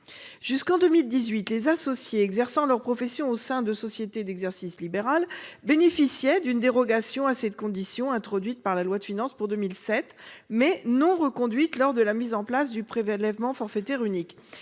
Jusqu’en 2018, les associés exerçant leur profession au sein de sociétés d’exercice libéral (SEL) bénéficiaient d’une dérogation à cette condition introduite par la loi de finances pour 2007, mais non reconduite lors de la mise en place du prélèvement forfaitaire unique